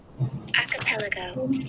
Archipelago